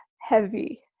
heavy